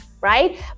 right